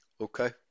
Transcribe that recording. Okay